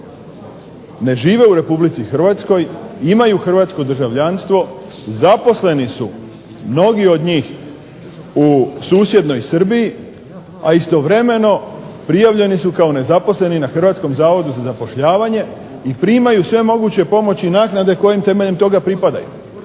ne žive u Republici Hrvatskoj, imaju hrvatsko državljanstvo, zaposleni su mnogi od njih u susjednoj Srbiji, a istovremeno prijavljeni su kao nezaposleni na Hrvatskom zavodu za zapošljavanje i primaju sve moguće pomoći i naknade koje im temeljem toga pripadaju.